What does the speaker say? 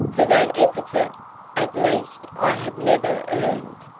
for that epithet at least i have never earned.